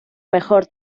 mejor